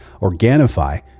Organifi